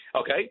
Okay